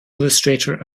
illustrator